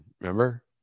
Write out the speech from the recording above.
Remember